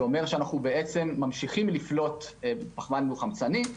שאומר שאנחנו ממשיכים לפלוט פחמן דו חמצני.